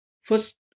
First